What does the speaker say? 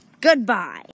goodbye